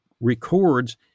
records